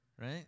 right